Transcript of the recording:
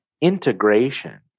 integration